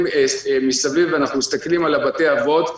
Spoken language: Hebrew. מסביב ואנחנו מסתכלים על בתי האבות,